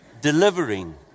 delivering